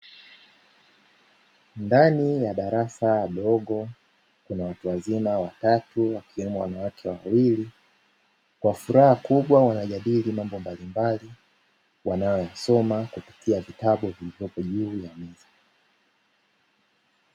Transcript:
Ndani ya darasa dogo kuna watu wazima watatu wakiwemo wanawake wawili, kwa furaha kubwa wanajadili mambo mbalimbali wanaoyasoma kupitia vitabu vilivyopo juu ya meza.